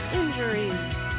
injuries